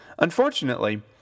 Unfortunately